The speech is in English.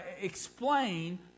explain